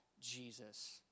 Jesus